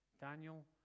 Daniel